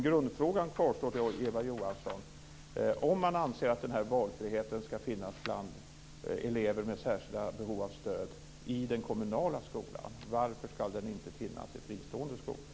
Grundfrågan kvarstår dock, Eva Johansson: Om man anser att den här valfriheten skall finnas för elever med behov av särskilt stöd i den kommunala skolan, varför skall den då inte finnas i fristående skolor?